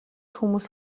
хүмүүс